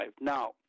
Now